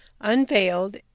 unveiled